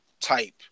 type